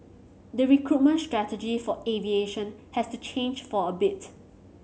the recruitment strategy for aviation has to change for a bit